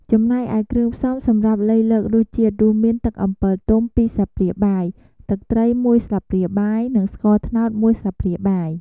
ចំណែកឯគ្រឿងផ្សំសម្រាប់លៃលករសជាតិ រួមមាន ទឹកអំពិលទុំ ២ ស្លាបព្រាបាយ ទឹកត្រី ១ ស្លាបព្រាបាយ និង ស្ករត្នោត ១ ស្លាបព្រាបាយ។